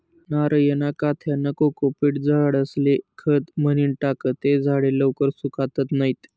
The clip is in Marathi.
नारयना काथ्यानं कोकोपीट झाडेस्ले खत म्हनीन टाकं ते झाडे लवकर सुकातत नैत